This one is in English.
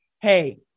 hey